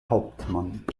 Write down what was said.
hauptmann